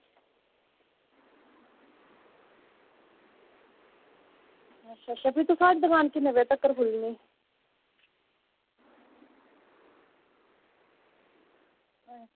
अच्छा अच्छा भी तुंदी दुकान किन्ने बजे तगर खु'ल्लनी